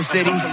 City